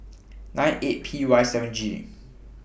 nine eight P Y seven G